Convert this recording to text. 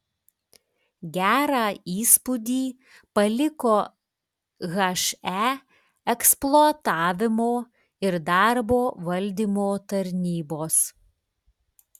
gerą įspūdį paliko he eksploatavimo ir darbo valdymo tarnybos